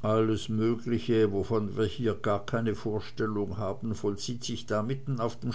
alles mögliche wovon wir hier gar keine vorstellung haben vollzieht sich da mitten auf dem